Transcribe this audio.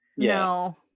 No